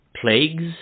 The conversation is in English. plagues